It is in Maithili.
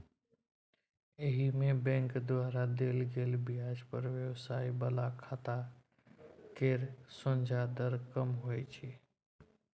एहिमे बैंक द्वारा देल गेल ब्याज दर व्यवसाय बला खाता केर सोंझा दर कम होइ छै